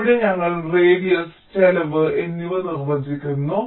അതിനാൽ ഇവിടെ ഞങ്ങൾ റേഡിയസ് ചെലവ് എന്നിവ നിർവ്വചിക്കുന്നു